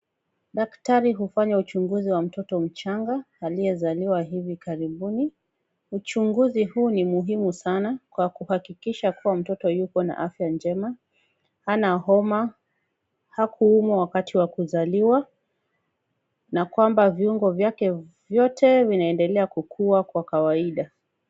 Daktari hufanya uchunguzi wa mtoto mchanga aliyezaliwa hivi karibuni. Uchunguzi huu ni muhimu sana kwa kuhakikisha kuwa mtoto yuko na afya njema, hana homa, hakuumwa wakati wa kuzaliwa na kwamba viungo vyake vyote vinaendelea kukuwa kwa kawaida.